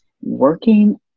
working